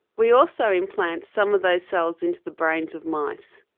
we also implant some of those cells into the brains of mice.